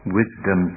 wisdom